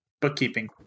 bookkeeping